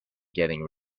getting